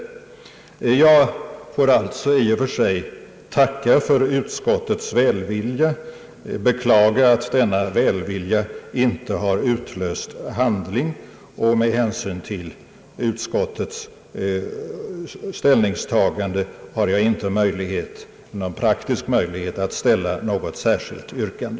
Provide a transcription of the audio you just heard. Jag får alltså i och för sig tacka för utskottets välvilja men beklagar att denna välvilja inte har utlöst handling. Med hänsyn till utskottets ställningstagande har jag inte någon praktisk möjlighet att ställa något särskilt yrkande.